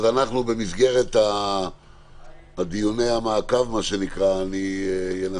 אז אנחנו במסגרת דיוני המעקב ננסה,